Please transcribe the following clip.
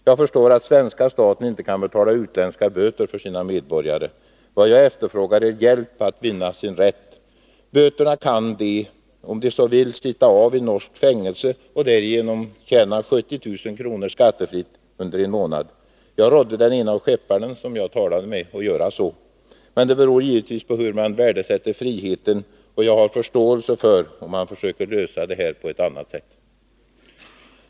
Jag förstår att svenska staten inte kan betala utländska böter för sina medborgare. Vad jag efterfrågar är hjälp att vinna sin rätt. Böterna kan de, om de så vill, sitta av i norskt fängelse och därigenom tjäna 70 000 kr. skattefritt på en månad. Jag rådde den ene av skepparna som jag talade med att göra så. Men det beror givetvis på hur man värderar friheten, och jag har förståelse för om man försöker lösa detta på ett annat sätt.